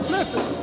Listen